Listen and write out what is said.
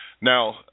Now